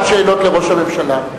לא,